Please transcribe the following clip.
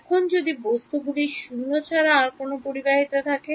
এখন যদি বস্তুগুলির শূন্য ছাড়া আর কোন পরিবাহিতা থাকে